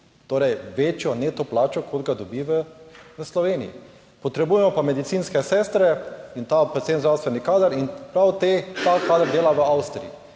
torej večjo neto plačo, kot ga dobi v Sloveniji. Potrebujemo pa medicinske sestre in predvsem zdravstveni kader in prav ta kader dela v Avstriji.